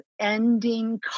ending